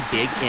Big